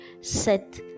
set